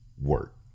work